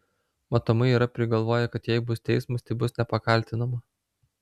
matomai yra prigalvoję kad jei bus teismas tai bus nepakaltinama